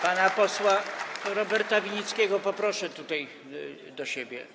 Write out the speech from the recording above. Pana posła Roberta Winnickiego poproszę do siebie.